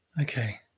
Okay